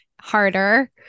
harder